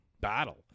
battle